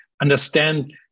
understand